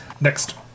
Next